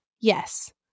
Yes